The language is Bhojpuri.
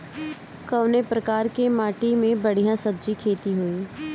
कवने प्रकार की माटी में बढ़िया सब्जी खेती हुई?